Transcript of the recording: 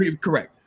Correct